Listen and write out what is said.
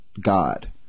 God